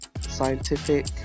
scientific